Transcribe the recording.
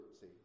See